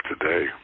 today